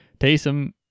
Taysom